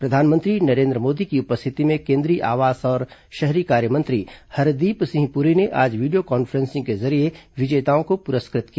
प्रधानमंत्री नरेन्द्र मोदी की उपस्थिति में केंद्रीय आवास और शहरी कार्य मंत्री हरदीप सिंह पुरी ने आज वीडियो कॉन्फ्रेंसिंग के जरिये विजेताओं को पुरस्कृत किया